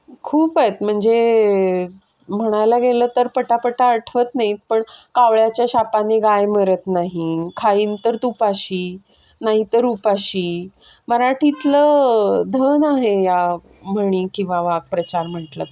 खूप आहेत म्हणजे म्हणायला गेलं तर पटापटा आठवत नाहीत पण कावळ्याच्या शापाने गाय मरत नाही खाईन तर तुपाशी नाहीतर उपाशी मराठीतलं धन आहे या म्हणी किंवा वाकप्रचार म्हटलं तर